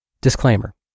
Disclaimer